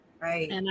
Right